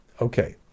Okay